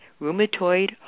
rheumatoid